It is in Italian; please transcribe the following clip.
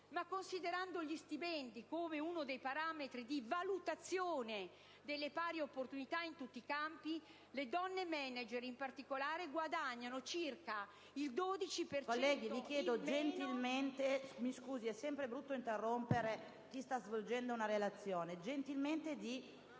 considerando lo stipendio come uno dei parametri di valutazione delle pari opportunità in tutti i campi, le donne *manager* in particolare, guadagnano circa il 12 per cento in